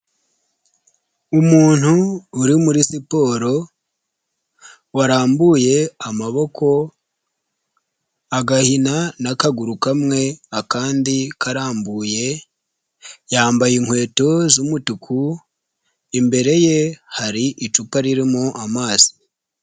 Umuntu uri muri siporo warambuye amaboko, agahina n'akaguru kamwe akandi karambuye yambaye inkweto z'umutuku imbere ye hari icupa ririmo amazi.